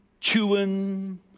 chewing